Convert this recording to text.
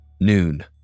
Noon